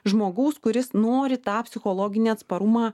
žmogaus kuris nori tą psichologinį atsparumą